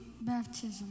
baptism